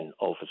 over